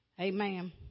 amen